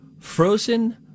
frozen